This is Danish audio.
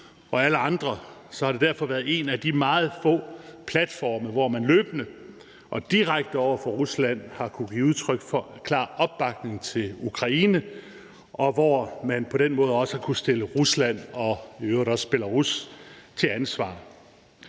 for alle andre har det derfor været en af de meget få platforme, hvor man løbende og direkte over for Rusland har kunnet give udtryk for klar opbakning til Ukraine, og hvor man på den måde har kunnet stille Rusland og i øvrigt også Belarus til ansvar.